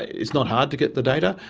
it's not hard to get the data.